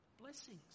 Blessings